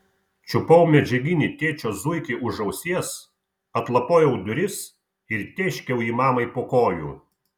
čiupau medžiaginį tėčio zuikį už ausies atlapojau duris ir tėškiau jį mamai po kojų